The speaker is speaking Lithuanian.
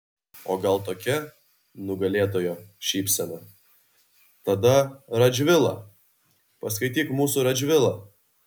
o gal tokia nugalėtojo šypsena tada radžvilą paskaityk mūsų radžvilą